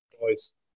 Boys